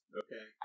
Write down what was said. okay